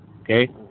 okay